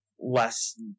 less